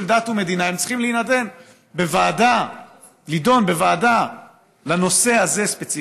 דת ומדינה הם צריכים להידון בוועדה לנושא הזה ספציפי,